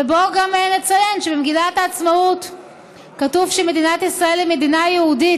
בואו גם נציין שבמגילת העצמאות כתוב שמדינת ישראל היא מדינה יהודית,